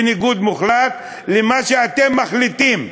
בניגוד מוחלט למה שאתם מחליטים.